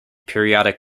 periodic